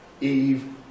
Eve